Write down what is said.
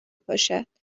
پاشد